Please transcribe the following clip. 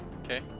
Okay